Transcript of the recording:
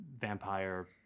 vampire